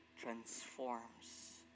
transforms